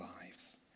lives